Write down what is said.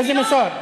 איזה מוסר?